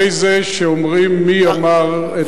על-ידי זה שאומרים מי אמר את הדברים,